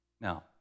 Now